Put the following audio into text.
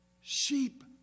Sheep